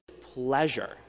pleasure